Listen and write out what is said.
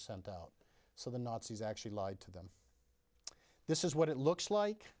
sent out so the nazis actually lied to them this is what it looks like